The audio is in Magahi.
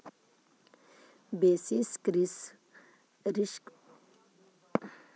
बेसिस रिस्क में परिसंपत्ति के समाप्ति तिथि औ अंतर्निहित परिसंपत्ति के बिक्री के तिथि के बीच में अंतर देखल जा हई